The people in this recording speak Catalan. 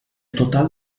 total